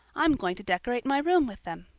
i'm going to decorate my room with them.